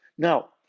Now